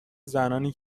زنانی